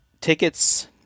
tickets